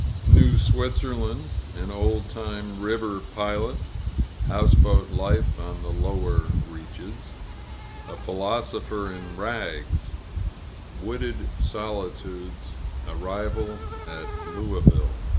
new switzerland an old-time river pilot houseboat life on the lower reaches a philosopher in rags wooded solitudes arrival at louisville.